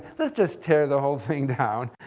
let's just tear the whole thing down.